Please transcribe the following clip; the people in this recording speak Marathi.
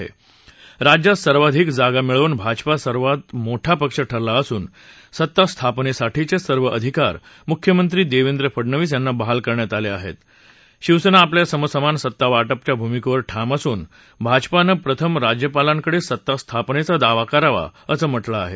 तोज्यात सर्वाधिक जागा मिळवून भाजपा सर्वात मोठा पक्ष ठरला असून सत्ता स्थापनस्तिठीच सिर्व अधिकार मुख्यमंत्री दक्षेंद्रे फडणवीस यांना बहाल करण्यात आल्ञािहा शिवसमी आपल्या समसमान सत्ता वाटपच्या भूमिक्खेर ठाम असून भाजपानं प्रथम राज्यपालांकडसित्ता स्थापनघी दावा करावा असं म्हटलं आह